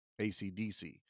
ACDC